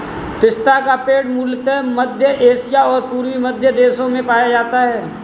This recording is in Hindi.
पिस्ता का पेड़ मूलतः मध्य एशिया और पूर्वी मध्य देशों में पाया जाता है